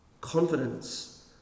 confidence